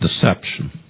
Deception